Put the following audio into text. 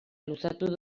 luzatu